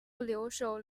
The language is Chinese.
留守